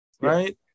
right